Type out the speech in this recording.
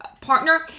partner